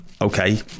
okay